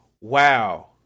Wow